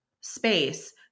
space